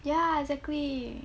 ya exactly